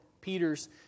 Peter's